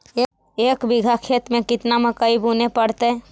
एक बिघा खेत में केतना मकई बुने पड़तै?